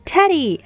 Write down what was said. Teddy